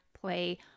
play